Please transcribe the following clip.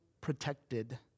protected